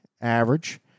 average